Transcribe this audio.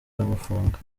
aramufunga